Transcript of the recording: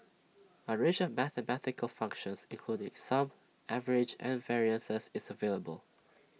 A range of mathematical functions including sum average and variances is available